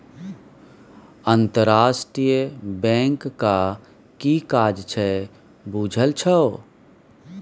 अंतरराष्ट्रीय बैंकक कि काज छै बुझल छौ?